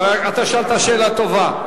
שאלת שאלה טובה.